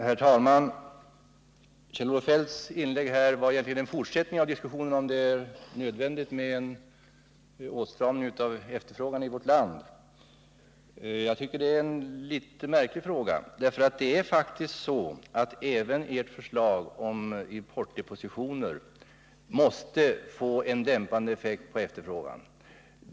Herr talman! Kjell-Olof Feldts inlägg här var egentligen en fortsättning av diskussionen om huruvida det är nödvändigt med en åtstramning av efterfrågan i vårt land. Jag tycker att det är en litet märklig fråga, eftersom även ert förslag om importdepositioner faktiskt måste få en dämpande effekt på efterfrågan.